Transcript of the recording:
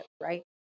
right